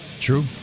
True